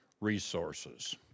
resources